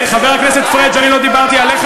חבר הכנסת פריג', אני לא דיברתי עליך.